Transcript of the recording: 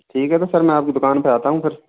ठीक है तो सर मैं आपकी दुकान पे आता हूँ फिर